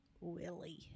Willie